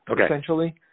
Essentially